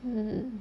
mm